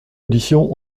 audition